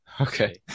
Okay